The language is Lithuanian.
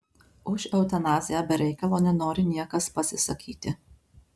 už eutanaziją be reikalo nenori niekas pasisakyti